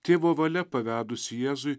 tėvo valia pavedusi jėzui